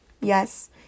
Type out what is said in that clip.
yes